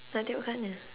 nak tengok kat mana